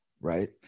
right